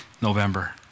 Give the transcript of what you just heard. November